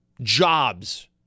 jobs